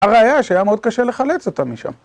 הראיה, שהיה מאוד קשה לחלץ אותה משם.